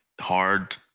hard